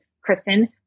Kristen